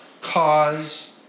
cause